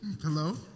hello